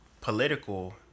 political